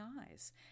eyes